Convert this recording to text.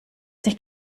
nicht